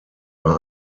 war